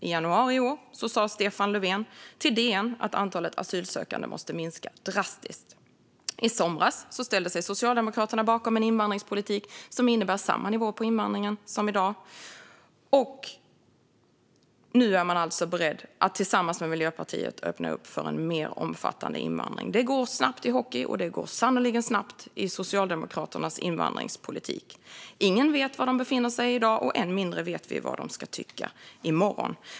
I januari i år sa Stefan Löfven till DN att antalet asylsökande måste minska drastiskt. I somras ställde sig Socialdemokraterna bakom en invandringspolitik som innebär samma nivå på invandringen som i dag, och nu är man alltså beredd att tillsammans med Miljöpartiet öppna upp för en mer omfattande invandring. Det går snabbt i hockey, och det går sannerligen snabbt i Socialdemokraternas invandringspolitik. Ingen vet var de befinner sig i dag, och än mindre vet vi vad de ska tycka i morgon.